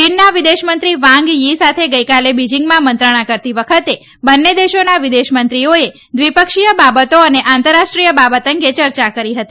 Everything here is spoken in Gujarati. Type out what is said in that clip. ચીનના વિદેશમંત્રી વાંગ થી સાથે ગઇકાલે બિજીંગમાં મંત્રણા કરતી વખતે બંને દેશોના વિદેશ મંત્રીઓએ દ્વિપક્ષીય બાબતો અને આંતરરાષ્ટ્રીય બાબત અંગે ચર્યા કરી હતી